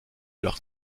leurs